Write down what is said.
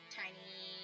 tiny